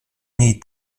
niej